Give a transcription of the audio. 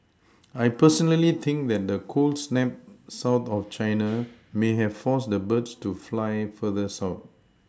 I personally think that the cold snap south of China may have forced the birds to fly further south